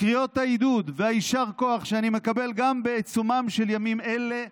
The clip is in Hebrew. קריאות העידוד וה"יישר כוח" שאני מקבל גם בעיצומם של ימים אלה,